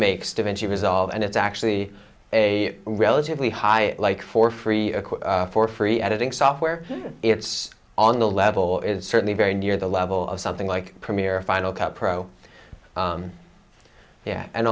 makes davinci resolve and it's actually a relatively high like for free for free editing software it's on the level is certainly very near the level of something like premier a final cut pro yeah and